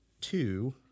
two